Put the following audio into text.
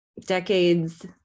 decades